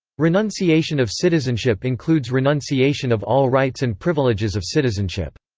renunciation of citizenship includes renunciation of all rights and privileges of citizenship.